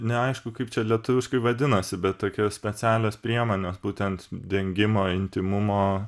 neaišku kaip čia lietuviškai vadinasi bet tokios specialios priemonės būtent dengimo intymumo